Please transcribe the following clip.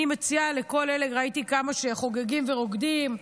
ראיתי כמה שחוגגים ורוקדים.